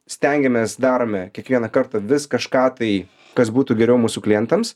stengiamės darome kiekvieną kartą vis kažką tai kas būtų geriau mūsų klientams